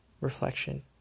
reflection